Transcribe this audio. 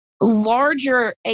larger